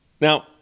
Now